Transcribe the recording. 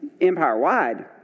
empire-wide